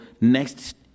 next